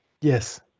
Yes